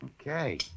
Okay